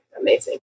amazing